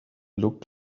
look